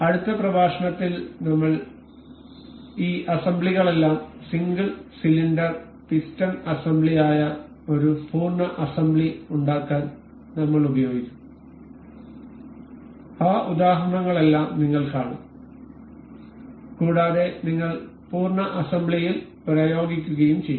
അടുത്ത പ്രഭാഷണത്തിൽ നമ്മൾ പോകും ഈ അസംബ്ലികളെല്ലാം സിംഗിൾ സിലിണ്ടർ പിസ്റ്റൺ അസംബ്ലി ആയ ഒരു പൂർണ്ണ അസംബ്ലി ഉണ്ടാക്കാൻ നമ്മൾ ഉപയോഗിക്കും ആ ഉദാഹരണങ്ങളെല്ലാം നിങ്ങൾ കാണും കൂടാതെ നിങ്ങൾ പൂർണ്ണ അസംബ്ലിയിൽ പ്രയോഗിക്കുകയും ചെയ്യും